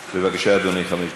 בבקשה, אדוני, חמש דקות.